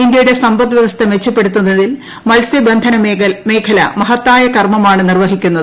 ഇന്ത്യയുടെ സമ്പദ്വൃവസ്ഥ മെച്ചപ്പെടുത്തുന്നതിൽ മത്സ്യബന്ധന മേഖല മഹത്തായ കർമ്മമാണ് നിർവ്വഹിക്കുന്നത്